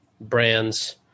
brands